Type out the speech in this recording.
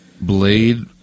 Blade